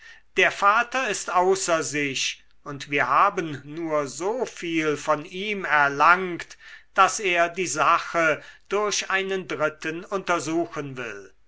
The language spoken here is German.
der vater ist außer sich und wir haben nur so viel von ihm erlangt daß er die sache durch einen dritten untersuchen will